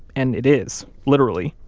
and it is, literally.